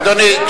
אדוני,